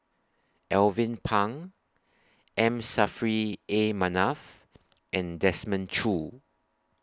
Alvin Pang M Saffri A Manaf and Desmond Choo